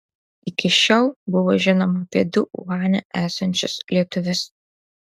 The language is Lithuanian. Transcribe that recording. iki šiol buvo žinoma apie du uhane esančius lietuvius